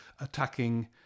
attacking